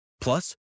Plus